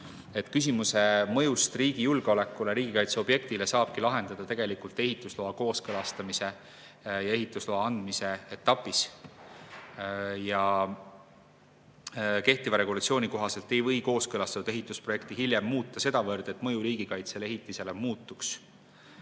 Küsimuse mõjust riigi julgeolekule, riigikaitseobjektile saabki lahendada tegelikult ehitusloa kooskõlastamise ja ehitusloa andmise etapis. Ja kehtiva regulatsiooni kohaselt ei või kooskõlastatud ehitusprojekti hiljem muuta sedavõrd, et mõju riigikaitselisele ehitisele muutuks.